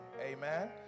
amen